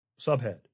Subhead